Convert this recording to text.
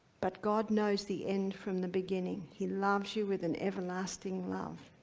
but god knows the end from the beginning. he loves you with an everlasting love,